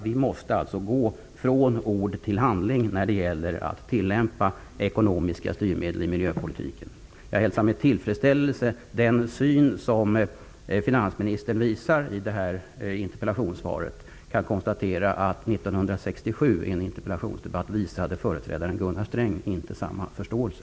Vi måste gå från ord till handling när det gäller att tillämpa ekonomiska styrmedel i miljöpolitiken. Jag hälsar med tillfredsställelse den syn som finansministern visar i interpellationssvaret. Jag kan konstatera att företrädaren Gunnar Sträng i en interpellationsdebatt 1967 inte visade samma förståelse.